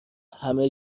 همه